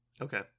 Okay